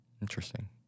Interesting